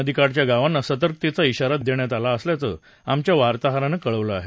नदीकाठच्या गावांना सतर्कतेचा शिरा दिला असल्याचं आमच्या वार्ताहरानं कळवलं आहे